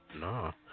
No